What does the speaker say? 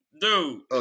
Dude